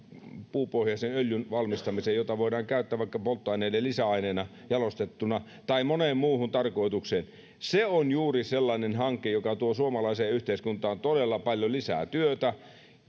puupohjaisen öljyn valmistamiseen jota voidaan käyttää jalostettuna vaikka polttoaineiden lisäaineena tai moneen muuhun tarkoitukseen se on juuri sellainen hanke joka tuo suomalaiseen yhteiskuntaan todella paljon lisää työtä